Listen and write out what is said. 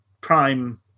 prime